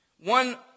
One